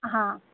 ہاں